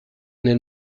nel